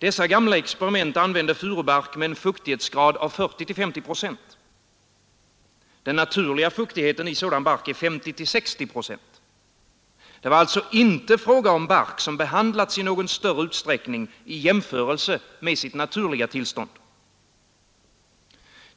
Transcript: Vid dessa gamla experiment användes furubark med en fuktighetsgrad av 40—50 procent. Den naturliga fuktigheten i sådan bark är 50—60 procent. Det var alltså inte fråga om bark som behandlats i någon större utsträckning i jämförelse med sitt naturliga tillstånd.